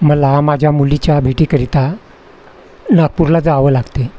मला माझ्या मुलीच्या भेटीकरिता नागपूरला जावं लागते